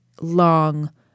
long